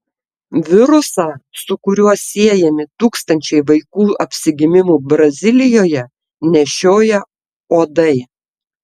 virusą su kuriuo siejami tūkstančiai vaikų apsigimimų brazilijoje nešioja uodai